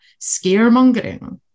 scaremongering